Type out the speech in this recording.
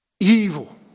evil